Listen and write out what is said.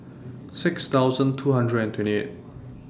six thousand two hundred and twenty eight